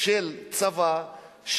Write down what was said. של צבא,